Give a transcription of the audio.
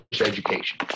Education